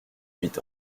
huit